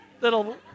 little